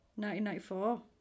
1994